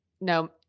No